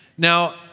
Now